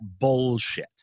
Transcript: bullshit